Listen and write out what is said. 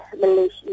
Malaysia